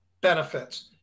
benefits